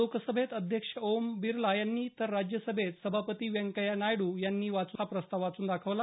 लोकसभेत अध्यक्ष ओम बिर्ला यांनी तर राज्यसभेत सभापती व्यंकय्या नायडू यांनी वाचून दाखवला